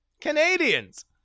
Canadians